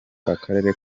akarere